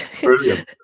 brilliant